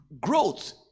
growth